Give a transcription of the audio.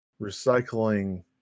Recycling